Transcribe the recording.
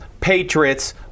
Patriots